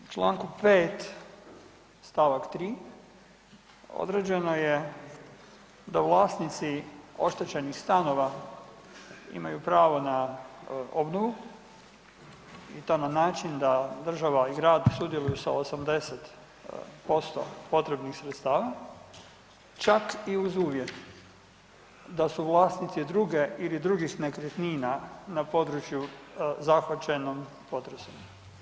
U čl. 5. st. 3. određeno je da vlasnici oštećenih stanova imaju pravo na obnovu i to na način da država i grad sudjeluju sa 80% potrebnih sredstava, čak i uz uvjet da su vlasnici druge ili drugih nekretnina na području zahvaćenom potresom.